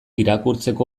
irakurtzeko